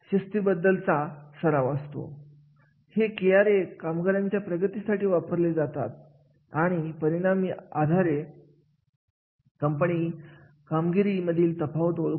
उदाहरणार्थ एखाद्या कार्याचे मूल्यांकन करतात जसे की महत्त्वाचे नसणारे सर्व कार्य कमी करणे जसे की 200 कार्य जे महत्वाचे नाहीत अशांना कमी करणे